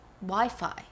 Wi-Fi